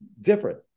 different